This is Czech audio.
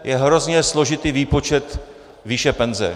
Je hrozně složitý výpočet výše penze.